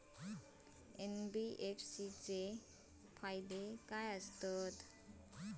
NBFC चे फायदे खाय आसत?